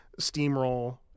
steamroll